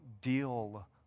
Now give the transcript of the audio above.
deal